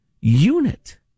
unit